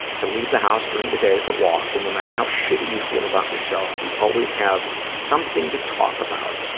to leave the house during the day for walks, and, no matter how shitty you feel about yourself, you always have something to talk about.